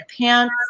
pants